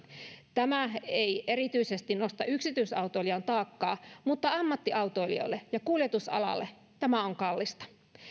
tämä ei erityisesti nosta yksityisautoilijan taakkaa mutta ammattiautoilijoille ja kuljetusalalle tämä on kallista